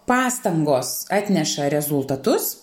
pastangos atneša rezultatus